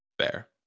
Fair